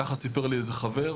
ככה סיפור לי איזה חבר,